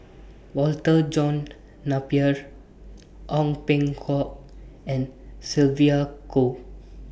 Walter John Napier Ong Peng Hock and Sylvia Kho